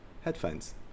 headphones